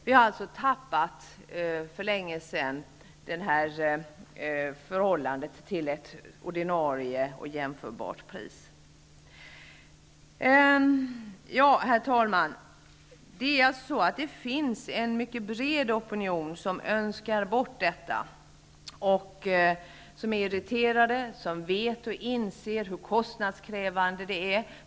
Vi har alltså för länge sedan tappat begreppet ordinarie och jämförbart pris. Herr talman! Det finns en mycket bred opinion som önskar bort detta, som är irriterad, som vet och inser hur kostnadskrävande det är.